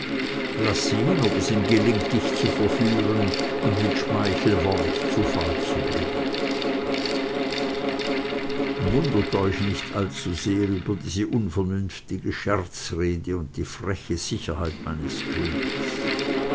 laß sehen ob es ihm gelingt dich zu verführen und mit schmeichelwort zu falle zu bringen wundert euch nicht allzusehr über diese unvernünftige scherzrede und die freche sicherheit meines königs